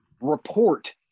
report